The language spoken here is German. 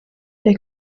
der